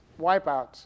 wipeouts